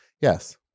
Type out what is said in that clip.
Yes